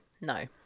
No